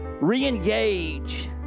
re-engage